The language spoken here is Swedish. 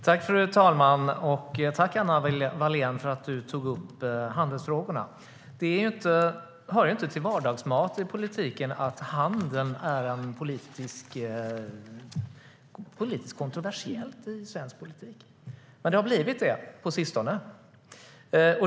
Fru talman! Tack, Anna Wallén, för att du tog upp handelsfrågorna! Det hör inte till vardagsmat i svensk politik att handeln är något politiskt kontroversiellt. Men det har det blivit på sistone.